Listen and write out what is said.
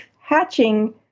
hatching